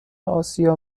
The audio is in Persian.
آسیا